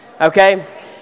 Okay